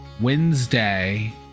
Wednesday